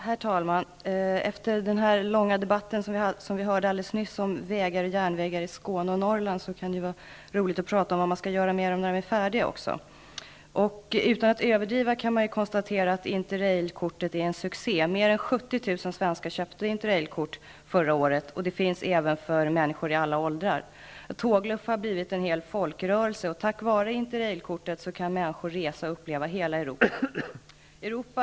Herr talman! Efter den här långa debatten som vi nyss har hört angående vägar och järnvägar i Skåne och Norrland, kan det vara intressant att också diskutera hur vi skall använda dem när de är färdiga. Utan att överdriva kan man konstatera att interrailkortet är en succé. Mer än 70 000 svenskar köpte interrailkort förra året. Interrailkortet finns för människor i alla åldrar. Att tågluffa har blivit en folkrörelse, och tack vare interrailkortet kan människor resa och uppleva hela Europa.